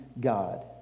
God